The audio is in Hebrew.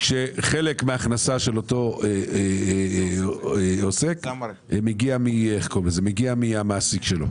כשחלק מההכנסה של אותו עוסק מגיע מהמעסיק שלו?